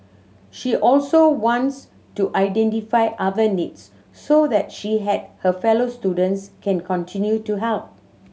she also wants to identify other needs so that she and her fellow students can continue to help